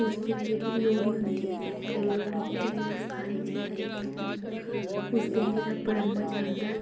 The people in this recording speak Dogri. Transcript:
उस दिन जेह्ड़ी लोह्ड़ी होंदी ते लोह्ड़ी ते सारें गी चेत्ता रैंह्दी उस दिन बड़ा मज़ा औंदा क्योंकि